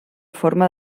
forma